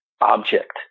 object